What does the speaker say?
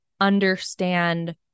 understand